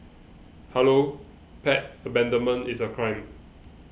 hello pet abandonment is a crime